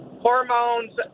hormones